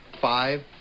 five